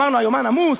אמרנו שהיומן עמוס,